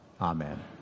Amen